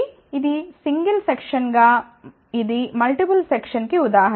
కాబట్టి ఇది single section గా ఇది మల్టిపుల్ సెక్షన్ కి ఉదాహరణ